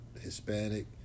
Hispanic